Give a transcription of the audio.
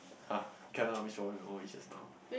[huh] you cannot wish for one or more wishes now